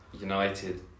United